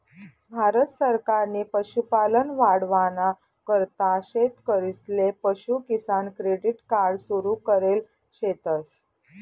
भारत सरकारनी पशुपालन वाढावाना करता शेतकरीसले पशु किसान क्रेडिट कार्ड सुरु करेल शेतस